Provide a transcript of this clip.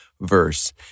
verse